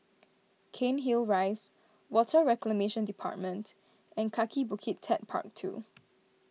Cairnhill Rise Water Reclamation Department and Kaki Bukit Techpark two